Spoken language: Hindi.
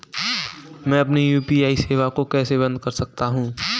मैं अपनी यू.पी.आई सेवा को कैसे बंद कर सकता हूँ?